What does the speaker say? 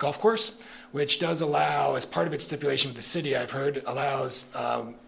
golf course which does allow as part of its stipulation the city i've heard allows